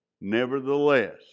Nevertheless